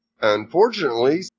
Unfortunately